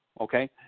okay